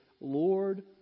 Lord